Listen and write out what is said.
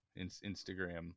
Instagram